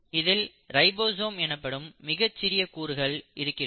இதில் ரைபோசோம் எனப்படும் மிகச்சிறிய கூறுகள் இருக்கிறது